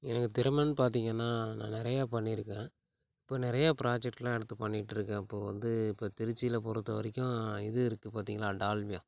எனக்கு திறமைன்னு பார்த்தீங்கன்னா நான் நிறையா பண்ணிருக்கேன் இப்போ நிறையா ப்ராஜெக்ட்லாம் எடுத்து பண்ணிட்டுருக்கேன் இப்போ வந்து இப்போ திருச்சியில பொறுத்தவரைக்கும் இது இருக்கு பார்த்தீங்களா டால்மியா